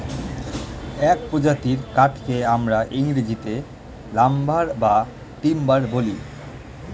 এক প্রজাতির কাঠকে আমরা ইংরেজিতে লাম্বার বা টিম্বার বলি